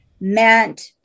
meant